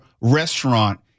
restaurant